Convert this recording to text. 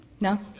No